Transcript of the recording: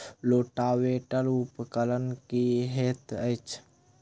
Rotavator उपकरण की हएत अछि?